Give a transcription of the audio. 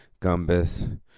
Gumbus